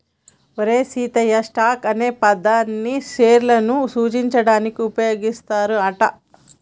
ఓరి సీతయ్య, స్టాక్ అనే పదాన్ని పేర్లను సూచించడానికి ఉపయోగిస్తారు అంట